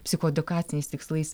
psichoedukaciniais tikslais